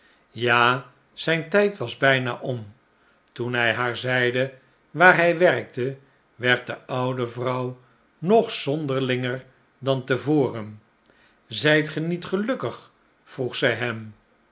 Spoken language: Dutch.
ja zijn tijd was bijna om toen hij haar zeide waar hij werkte werd de oude vrouw nog zonderlinger dan te voren zijt ge niet gelukkig vroeg zij hem